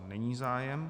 Není zájem.